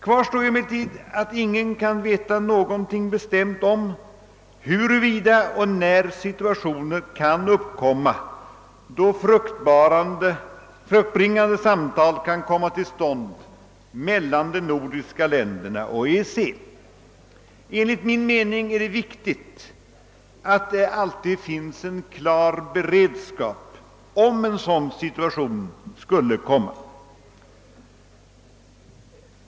Kvar står emellertid att ingen kan veta något bestämt om huruvida och när situationer kan uppkomma, då fruktbringande samtal kan börja föras mellan de nordiska länderna och EEC. Enligt min mening är det viktigt att det alltid finns en klar beredskap för den händelse en sådan situation skulle uppkomma.